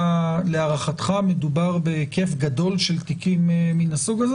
להערכתך, מדובר בהיקף גדול של תיקים מן הסוג הזה?